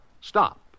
stop